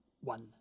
one